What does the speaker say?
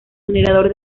generador